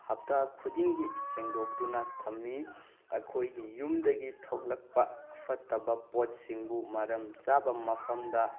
ꯍꯞꯇꯥ ꯈꯨꯗꯤꯡꯒꯤ ꯁꯦꯡꯗꯣꯛꯇꯨꯅ ꯊꯝꯃꯤ ꯑꯩꯈꯣꯏꯒꯤ ꯌꯨꯝꯗꯒꯤ ꯊꯣꯂꯛꯄ ꯐꯠꯇꯕ ꯄꯣꯠꯁꯤꯡꯕꯨ ꯃꯔꯝꯆꯥꯕ ꯃꯐꯝꯗ